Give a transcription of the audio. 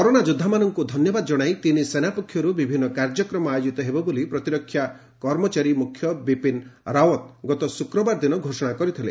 corona ଯୋଦ୍ଧାମାନଙ୍କୁ ଧନ୍ୟବାଦ ଜଣାଇ ତିନି ସେନା ପକ୍ଷରୁ ବିଭିନ୍ନ କାର୍ଯ୍ୟକ୍ରମ ଆୟୋଜିତ ହେବ ବୋଲି ପ୍ରତିରକ୍ଷା କର୍ମଚାରୀ ମୁଖ୍ୟ ବିପିନ ରାଓ୍ୱତ ଗତ ଶୁକ୍ରବାରଦିନ ଘୋଷଣା କରିଥିଲେ